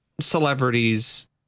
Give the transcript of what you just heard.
celebrities